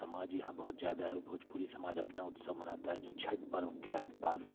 समाज यहाँ बहुत ज़्यादा है भोजपुरी समाज अपना उत्सव मनाता है जो छत्त पर्व के आस पास